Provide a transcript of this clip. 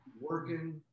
working